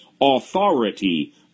authority